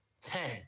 Ten